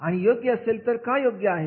आणि योग्य असेल तर का योग्य आहे